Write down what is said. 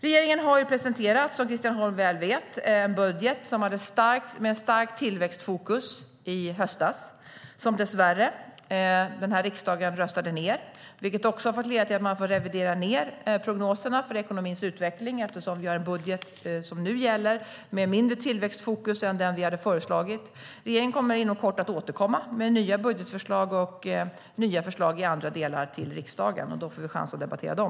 Regeringen presenterade i höstas, som Christian Holm väl vet, en budget med ett starkt tillväxtfokus. Dessvärre blev den nedröstad av den här riksdagen, och det har lett till att man har fått revidera ned prognoserna för ekonomins utveckling eftersom den budget som nu gäller har mindre tillväxtfokus än den vi hade föreslagit. Regeringen kommer inom kort att återkomma med nya budgetförslag och nya förslag i andra delar till riksdagen. Då får vi chans att debattera dem.